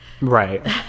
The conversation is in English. right